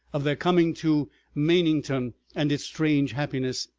of their coming to mainington and its strange happiness,